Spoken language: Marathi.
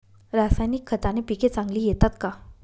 रासायनिक खताने पिके चांगली येतात का?